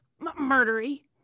murdery